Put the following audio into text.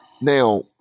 Now